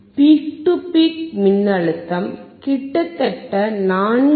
peak to peak மின்னழுத்தம் கிட்டத்தட்ட 4